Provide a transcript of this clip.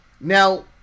Now